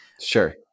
Sure